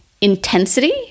intensity